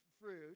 fruit